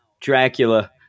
Dracula